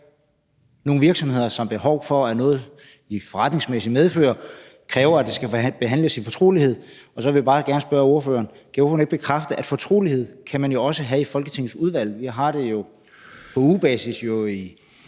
nogle virksomheder, som har behov for og kræver, at noget i forretningsmæssigt medfør skal forhandles i fortrolighed. Så vil jeg bare gerne spørge ordføreren: Kan ordføreren ikke bekræfte, at man jo også kan have fortrolighed i Folketingets udvalg? Vi har det jo på ugebasis i